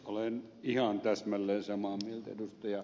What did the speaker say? olen ihan täsmälleen samaa mieltä ed